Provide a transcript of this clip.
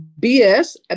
BS